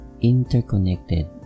interconnected